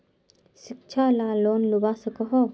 शिक्षा ला लोन लुबा सकोहो?